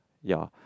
ya